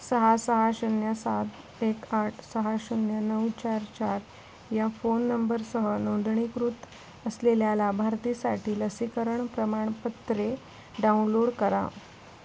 सहा सहा शून्य सात एक आठ सहा शून्य नऊ चार चार या फोन नंबरसह नोंदणीकृत असलेल्या लाभार्थीसाठी लसीकरण प्रमाणपत्रे डाउनलोड करा